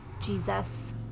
Jesus